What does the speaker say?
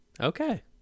Okay